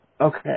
Okay